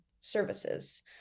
services